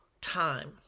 time